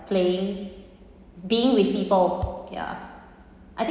playing being with people ya I think